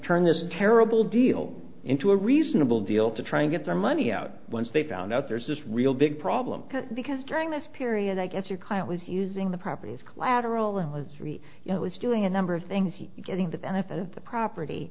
turn this terrible deal into a reasonable deal to try and get their money out once they found out there's this real big problem because during this period i guess your client was using the properties collateral and was really you know was doing a number of things getting the benefit of the property